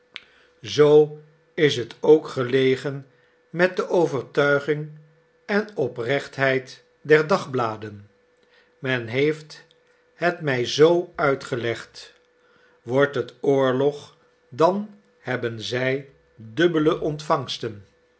zoo is het ook gelegen met de overtuiging en oprechtheid der dagbladen men heeft het mij zoo uitgelegd wordt het oorlog dan hebben zij dubbele ontvangsten